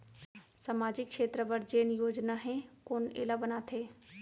सामाजिक क्षेत्र बर जेन योजना हे कोन एला बनाथे?